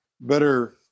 better